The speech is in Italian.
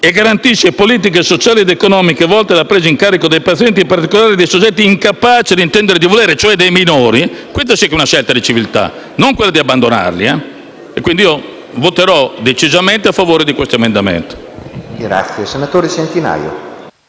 e «garantisce politiche sociali ed economiche volte alla presa in carico del paziente, in particolare dei soggetti incapaci di intendere e di volere», cioè dei minori, questa è una scelta di civiltà, non quella di abbandonarli. Quindi, io voterò decisamente a favore di questo emendamento.